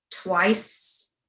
twice